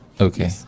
Okay